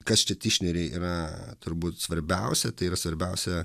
kas čia tišneriui yra turbūt svarbiausia tai yra svarbiausia